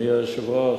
אדוני היושב-ראש,